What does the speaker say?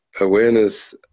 awareness